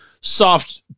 soft